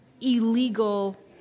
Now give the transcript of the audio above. illegal